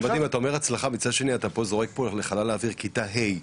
אתה אומר הצלחה מצד שני אתה זורק פה לחלל האוויר כיתה ה'.